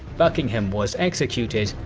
buckingham was executed,